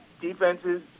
defenses